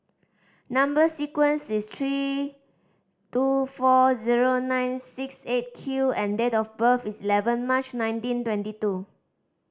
number sequence is three two four zero nine six Eight Q and date of birth is eleven March nineteen twenty two